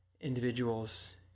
individuals